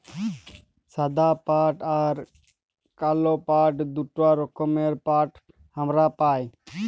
সাদা পাট আর কাল পাট দুটা রকমের পাট হামরা পাই